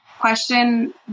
question